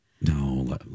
No